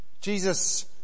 Jesus